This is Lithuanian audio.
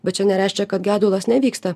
bet čia nereiškia kad gedulas nevyksta